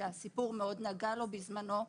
שהסיפור מאוד נגע בו בזמנו,